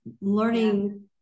learning